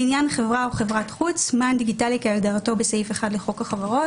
לעניין חברה או חברת חוץ מען דיגיטלי כהגדרתו בסעיף 1 לחוק חברות,